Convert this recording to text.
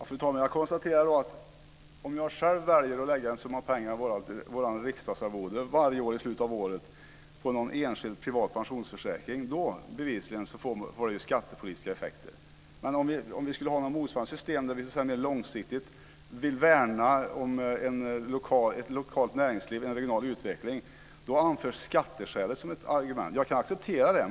Fru talman! Jag konstaterar då att om jag själv väljer att varje år i slutet av året lägga en summa pengar av vårt riksdagsarvode på någon enskild privat pensionsförsäkring får det bevisligen skattepolitiska effekter. Men om vi skulle ha ett motsvarande system där vi mer långsiktigt vill värna om ett lokalt näringsliv, en regional utveckling, då anförs skatteskälet som ett argument mot det. Jag kan acceptera det.